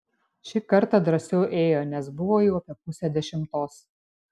šį kartą drąsiau ėjo nes buvo jau apie pusė dešimtos